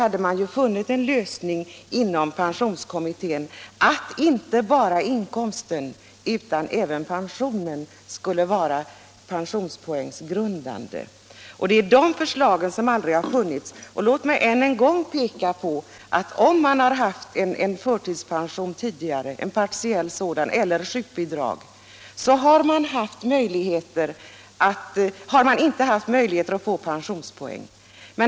Inom pensionskommittén hade man funnit en lösning — att inte bara inkomsten utan även pensionen skulle vara pensionspoängsgrundande. Låt mig ännu en gång peka på att om man tidigare har haft förtidspension, partiell sådan eller partiellt sjukbidrag, så har man inte haft möjligheter att få pensionspoäng.